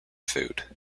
food